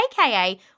aka